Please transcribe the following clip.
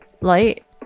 light